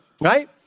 right